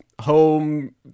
home